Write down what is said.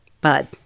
bud